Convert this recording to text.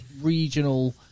regional